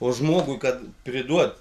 o žmogui kad priduot